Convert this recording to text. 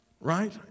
right